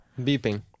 Beeping